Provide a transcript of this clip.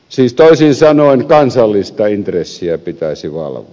siis toisin sanoen kansallista intressiä pitäisi valvoa